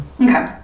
Okay